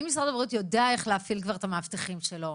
אם משרד הבריאות יודע איך להפעיל כבר את המאבטחים שלו,